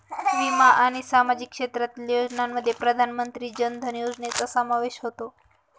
विमा आणि सामाजिक क्षेत्रातील योजनांमध्ये प्रधानमंत्री जन धन योजनेचा समावेश होतो